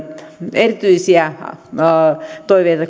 erityisiä toiveita